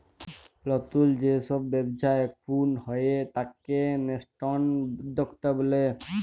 লতুল যে সব ব্যবচ্ছা এখুন হয়ে তাকে ন্যাসেন্ট উদ্যক্তা ব্যলে